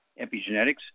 epigenetics